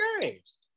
games